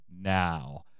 now